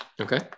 Okay